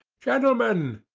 gentlemen,